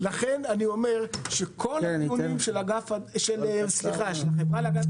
לכן אני אומר שכל הנתונים של החברה להגנת